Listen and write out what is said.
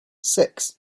six